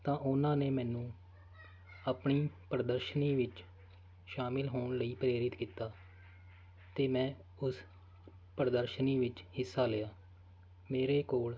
ਤਾਂ ਉਹਨਾਂ ਨੇ ਮੈਨੂੰ ਆਪਣੀ ਪ੍ਰਦਰਸ਼ਨੀ ਵਿੱਚ ਸ਼ਾਮਿਲ ਹੋਣ ਲਈ ਪ੍ਰੇਰਿਤ ਕੀਤਾ ਅਤੇ ਮੈਂ ਉਸ ਪ੍ਰਦਰਸ਼ਨੀ ਵਿੱਚ ਹਿੱਸਾ ਲਿਆ ਮੇਰੇ ਕੋਲ